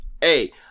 Hey